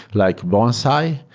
like bonsai.